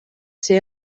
ser